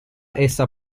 essa